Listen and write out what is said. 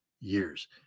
years